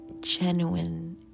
genuine